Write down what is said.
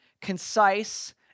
concise